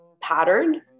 pattern